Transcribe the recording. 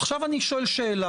עכשיו אני שואל שאלה.